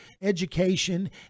education